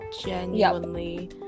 genuinely